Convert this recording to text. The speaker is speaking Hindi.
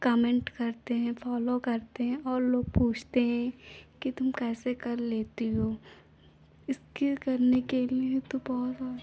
कमेन्ट करते हैं फ़ॉलो करते हैं और लोग पूछते हैं कि तुम कैसे कर लेती हो इसके करने के लिए तो बहुत